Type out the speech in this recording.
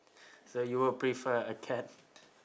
so you would prefer a cat